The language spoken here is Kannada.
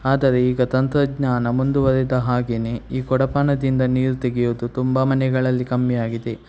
ಆದರೆ ಈಗ ತಂತ್ರಜ್ಞಾನ ಮುಂದುವರಿದ ಹಾಗೆಯೇ ಈ ಕೊಡಪಾನದಿಂದ ನೀರು ತೆಗೆಯೋದು ತುಂಬ ಮನೆಗಳಲ್ಲಿ ಕಮ್ಮಿಯಾಗಿದೆ